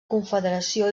confederació